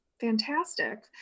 fantastic